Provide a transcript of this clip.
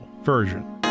version